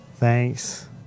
Thanks